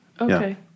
Okay